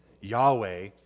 Yahweh